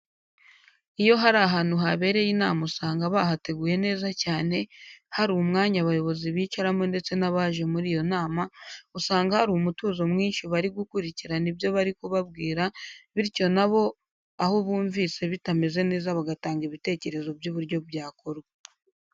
Iyo hari ahantu habereye inama usanga bahateguye neza cyane hari umwanya abayobozi bicaramo ndetse n'abaje muri iyo nama, usanga hari umutuzo mwinshi bari gukurikirana ibyo bari kubabwira bityo nabo aho bumvise bitameze neza bagatanga ibitekerezo by'uburyo byakorwa.